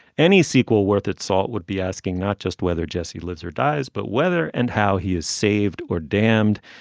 any sequel worth its salt would be asking not just whether jesse lives or dies but whether and how he is saved or damned.